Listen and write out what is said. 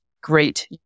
great